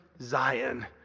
Zion